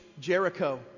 Jericho